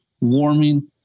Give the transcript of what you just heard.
warming